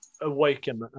awaken